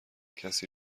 کسی